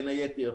בין היתר,